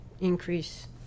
increase